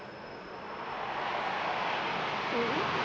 mmhmm